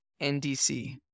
NDC